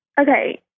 Okay